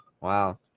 Wow